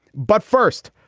but first,